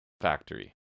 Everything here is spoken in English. factory